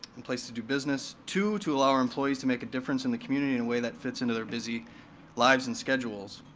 and place to do business. two, to allow our employees to make a difference in the community in a way that fits into their busy lives and schedules.